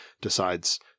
decides